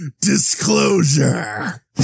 disclosure